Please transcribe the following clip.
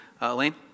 Elaine